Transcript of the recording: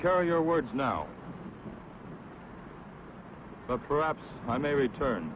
carry your words now perhaps i may return